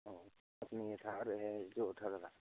और उसमें ये थार है जो अठारह लाख